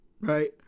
right